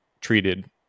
treated